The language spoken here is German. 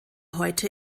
heute